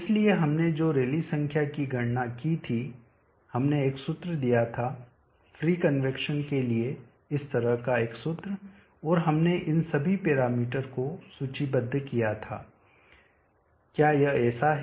इसलिए हमने जो रैली संख्या की गणना की थी हमने एक सूत्र दिया था फ्री कन्वैक्शन के लिए इस तरह का एक सूत्र और हमने इन सभी पैरामीटर को सूचीबद्ध किया था क्या यह ऐसा है